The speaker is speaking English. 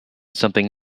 something